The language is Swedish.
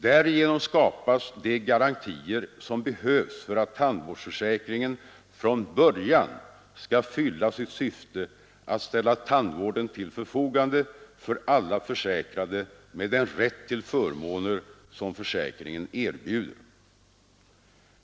Därigenom skapas de garantier som behövs för att tandvårdsförsäkringen från början skall fylla sitt syfte att ställa tandvården till förfogande för alla försäkrade med den rätt till förmåner som försäkringen erbjuder.